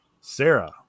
Sarah